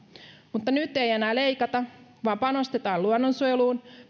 mutta nyt ei enää leikata vaan panostetaan luonnonsuojeluun